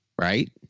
right